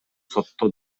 сотто